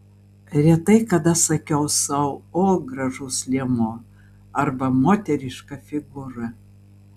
retai kada sakiau sau o gražus liemuo arba moteriška figūra